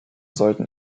sollten